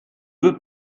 veux